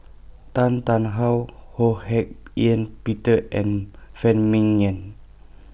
Tan Tarn How Ho Hak Ean Peter and Phan Ming Yen